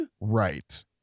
Right